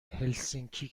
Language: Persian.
هلسینکی